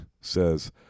says